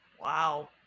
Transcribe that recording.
Wow